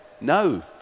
No